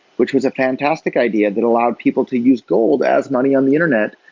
which was a fantastic idea that allowed people to use gold as money on the internet.